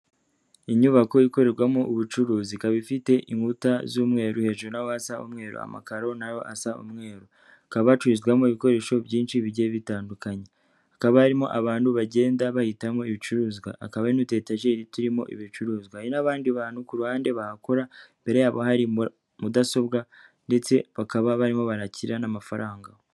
Inyubako ikorerwamo ubucuruzi ikaba ifite inkuta z'umweru hejuru naho hasa umweru, amakaro nayo asa umweru, hakaba hacurizwamo ibikoresho byinshi bigiye bitandukanye, hakaba harimo abantu bagenda bahitamo ibicuruzwa, akaba n'utetagiri, turimo ibicuruzwa n'abandi bantu ku ruhande bahakora mbere yabo hari muri mudasobwa ndetse bakaba barimo banakira n'amafaranga.